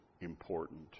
important